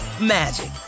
magic